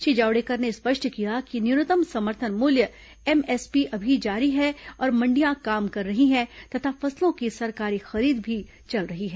श्री जावडेकर ने स्पष्ट किया कि न्यूनतम समर्थन मूल्य एमएसपी अभी जारी है और मंडियां काम कर रही हैं तथा फसलों की सरकारी खरीद भी चल रही है